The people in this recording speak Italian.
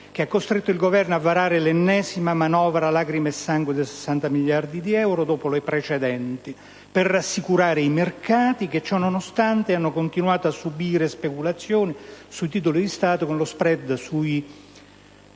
che ha costretto il Parlamento a varare l'ennesima «manovra lacrime e sangue» da 60 miliardi di euro, dopo le precedenti, per rassicurare i mercati i quali, ciò nonostante, hanno continuato a registrare speculazioni sui titoli di Stato, facendo segnare